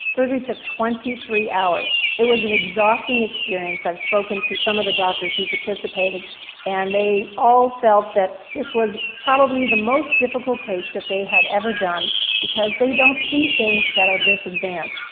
surgery took twenty three hours. it was an exhausting experience, i've spoken to some of the doctors who participated and they all felt that this was probably the most difficult case that they had ever done because they don't see things that are this advanced.